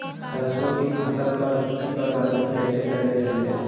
सरसों की फसल पर की प्रबंधन कैसे करें हैय?